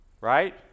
right